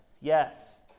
yes